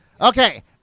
Okay